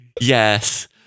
Yes